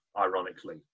ironically